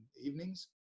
evenings